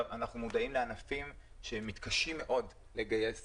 אנחנו מודעים לענפים שמתקשים מאוד לגייס